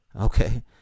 okay